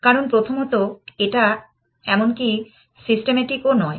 কারণ প্রথমত এটা এমনকি সিস্টেমেটিক ও নয়